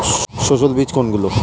সস্যল বীজ কোনগুলো?